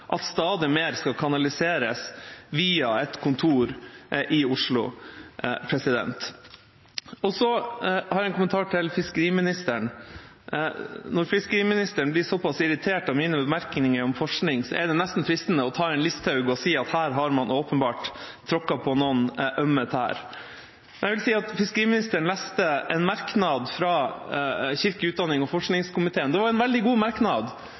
at stadig mer skal kanaliseres via et kontor i Oslo. Så har jeg en kommentar til fiskeriministeren: Når fiskeriministeren blir såpass irritert av mine bemerkninger om forskning, er det nesten fristende «å ta en Listhaug» og si at her har man åpenbart tråkket på noen ømme tær. Fiskeriministeren leste en merknad fra kirke-, utdannings- og forskningskomiteen, og det var en veldig god merknad,